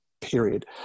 period